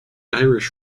irish